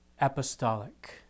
apostolic